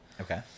okay